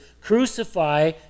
Crucify